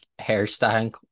hairstyle